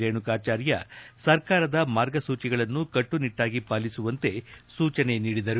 ರೇಣುಕಾಚಾರ್ಯ ಸರ್ಕಾರದ ಮಾರ್ಗ ಸೂಚಿಗಳನ್ನು ಕಟ್ಟು ನಿಟ್ವಾಗಿ ಪಾಲಿಸುವಂತೆ ಸೂಚನೆ ನೀಡಿದರು